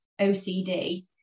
OCD